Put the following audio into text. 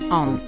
on